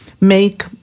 make